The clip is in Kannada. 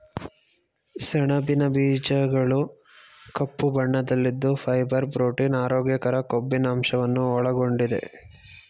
ಸಣಬಿನ ಬೀಜಗಳು ಕಪ್ಪು ಬಣ್ಣದಲ್ಲಿದ್ದು ಫೈಬರ್, ಪ್ರೋಟೀನ್, ಆರೋಗ್ಯಕರ ಕೊಬ್ಬಿನಂಶವನ್ನು ಒಳಗೊಂಡಿದೆ